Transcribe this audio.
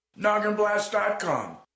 Nogginblast.com